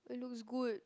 it looks good